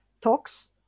talks